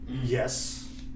Yes